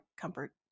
comfort